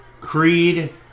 Creed